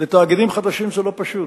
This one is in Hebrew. לתאגידים חדשים זה לא פשוט,